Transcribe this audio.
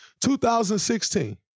2016